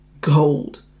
gold